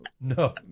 No